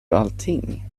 allting